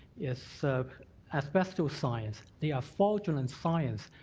if asbestos science, they are fraudulent science,